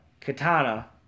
Katana